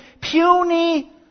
Puny